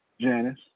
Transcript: Janice